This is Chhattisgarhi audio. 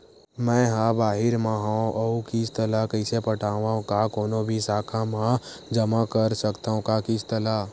मैं हा बाहिर मा हाव आऊ किस्त ला कइसे पटावव, का कोनो भी शाखा मा जमा कर सकथव का किस्त ला?